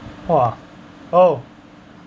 !wah! oh